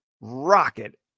rocket